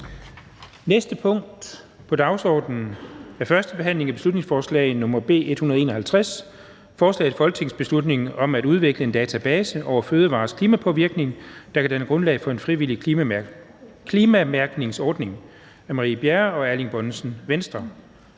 næste punkt på dagsordenen er: 10) 1. behandling af beslutningsforslag nr. B 151: Forslag til folketingsbeslutning om at udvikle en database over fødevarers klimapåvirkning, der kan danne grundlag for en frivillig klimamærkningsordning. Af Marie Bjerre (V) og Erling Bonnesen (V).